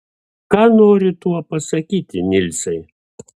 ką nori tuo pasakyti nilsai